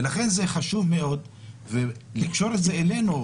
ולכן זה חשוב מאוד לקשור את זה אלינו,